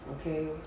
okay